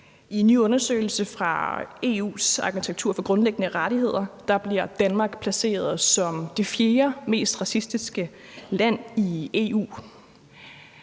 I en ny undersøgelse fra Den Europæiske Unions Agentur for Grundlæggende Rettigheder bliver Danmark placeret som det fjerdemest racistiske land i EU.